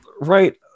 right